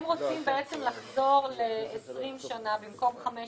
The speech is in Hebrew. הם רוצים לחזור ל-20 שנה במקום 15